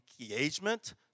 engagement